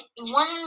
one